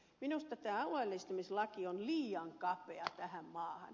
minusta tämä alueellistamislaki on liian kapea tähän maahan